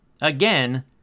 Again